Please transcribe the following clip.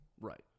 Right